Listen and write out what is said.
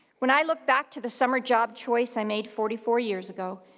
when i look back to the summer job choice i made forty four years ago,